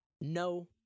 No